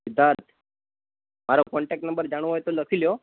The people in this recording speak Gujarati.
સિદ્ધાર્થ મારો કોન્ટેક નંબર જાણવો હોય તો લખી લો